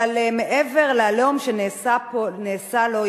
אבל מעבר ל"עליהום" שנעשה לו,